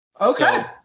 Okay